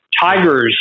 Tigers